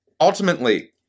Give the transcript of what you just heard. ultimately